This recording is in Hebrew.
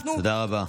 אנחנו, תודה רבה.